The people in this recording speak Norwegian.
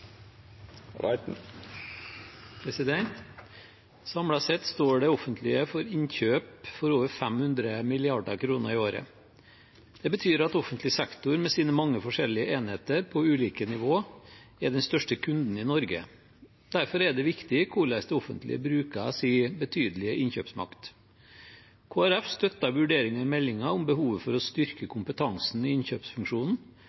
offentlig sektor, med sine mange forskjellige enheter på ulike nivåer, er den største kunden i Norge. Derfor er det viktig hvordan det offentlige bruker sin betydelige innkjøpsmakt. Kristelig Folkeparti støtter vurderingen i meldingen om behovet for å styrke